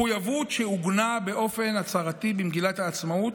מחויבות שעוגנה באופן הצהרתי במגילת העצמאות,